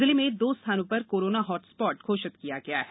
जिले में दो स्थानों पर कोरोना हॉटस्पाट घोषित किया है